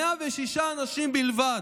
106 אנשים בלבד.